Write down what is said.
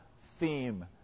theme